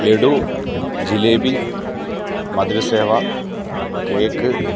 ലഡു ജിലേബി മധുരസേവ കേക്ക്